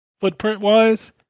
footprint-wise